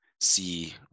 see